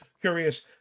curious